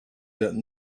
that